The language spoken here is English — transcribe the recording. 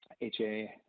HA